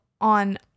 on